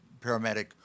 paramedic